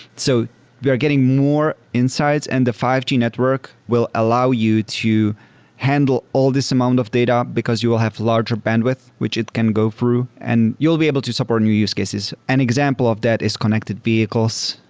so we're getting more insights and the five g network will allow you to handle all this amount of data, because you will have larger bandwidth, which it can go through and you'll be able to support new use cases. an example of that is connected vehicles,